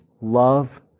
love